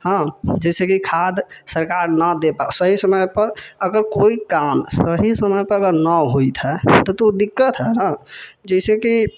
हँ जैसेकि खाद सरकार ना दे पाबै सही समयपर अगर कोई काम अगर सही समयपर ना होइत हऽ तऽ उ दिक्कत है ने जैसेकि